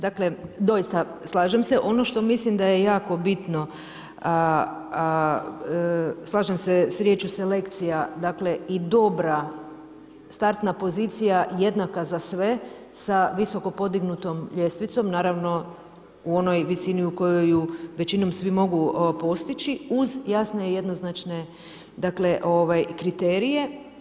Dakle, doista slažem se, ono što mislim da je jako bitno, a slažem se s riječju selekcija, dakle i dobra startna pozicija jednaka za sve, sa visokom podignutom ljestvicom, naravno u onoj visini u kojoj ju većinom svi mogu postići uz jasne i jednoznačne kriterije.